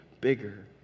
bigger